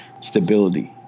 Stability